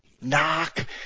Knock